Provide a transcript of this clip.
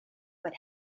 but